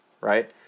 right